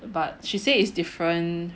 but she said is different